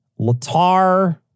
latar